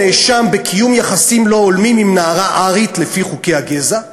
הואשם בקיום יחסים לא הולמים עם נערה ארית לפי חוקי הגזע.